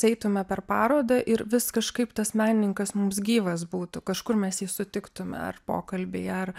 eitume per parodą ir vis kažkaip tas menininkas mums gyvas būtų kažkur mes jį sutiktume ar pokalbyje ar